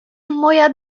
moja